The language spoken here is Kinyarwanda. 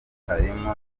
harimo